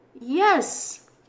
Yes